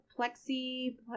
Plexi